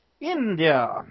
India